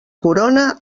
corona